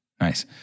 Nice